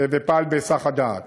ופעל בהיסח הדעת.